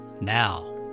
now